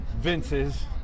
Vince's